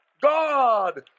God